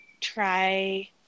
try